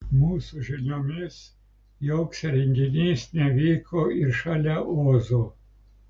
mūsų žiniomis joks renginys nevyko ir šalia ozo